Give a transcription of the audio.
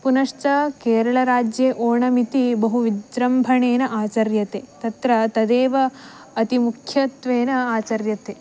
पुनश्च केरळराज्ये ओणमिति बहु विजृम्भणेन आचर्यते तत्र तदेव अतिमुख्यत्वेन आचर्यते